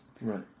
Right